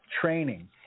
training